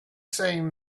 saying